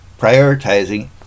prioritizing